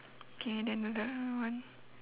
okay then the other one